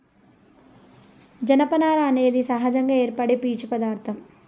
జనపనార అనేది సహజంగా ఏర్పడే పీచు పదార్ధం